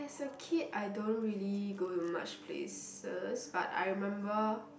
as a kid I don't really go to much places but I remember